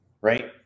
right